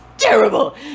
Terrible